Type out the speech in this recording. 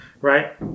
Right